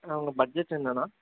அண்ணா உங்கள் பட்ஜெட் என்னண்ணா